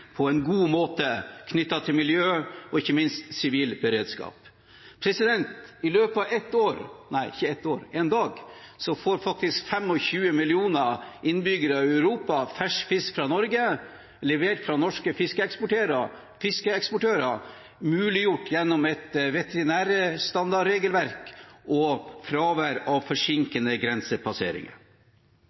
på en god måte knyttet til miljø og ikke minst sivil beredskap. I løpet av én dag får faktisk 25 millioner innbyggere i Europa fersk fisk fra Norge levert fra norske fiskeeksportører, muliggjort gjennom et veterinærstandardregelverk og fravær av forsinkende grensepasseringer.